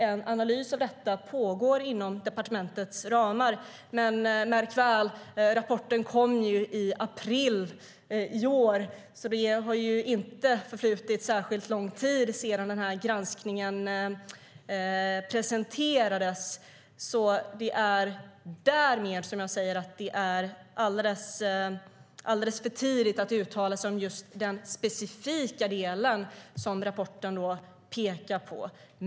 En analys av detta pågår på departementet. Men märk väl att rapporten kom i april i år. Det har alltså inte förflutit särskilt lång tid sedan granskningen presenterades. Därmed är det alldeles för tidigt att uttala sig om den specifika delen som rapporten pekar på.